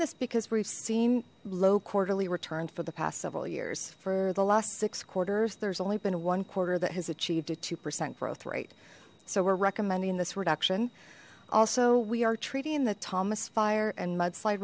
this because we've seen low quarterly returned for the past several years for the last six quarters there's only been one quarter that has achieved a two percent growth rate so we're recommending this reduction also we are treating the thomas fire and mudslide